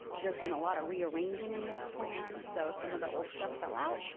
there's been a lot of rearranging in this plan, so some of the old stuff fell out.